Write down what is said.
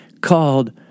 called